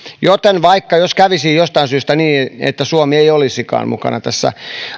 joten vaikka jos kävisi jostain syystä niin että suomi ei olisikaan mukana tässä